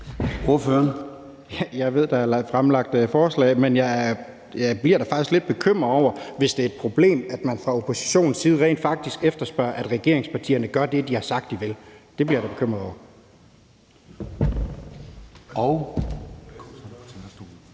Jeg ved, at der er blevet fremsat forslag. Men jeg bliver da faktisk lidt bekymret, hvis det er et problem, at man fra oppositionens side rent faktisk efterspørger, at regeringspartierne gør det, de har sagt de vil. Det bliver jeg da bekymret over.